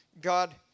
God